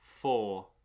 four